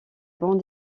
bandes